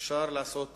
שאפשר לעשות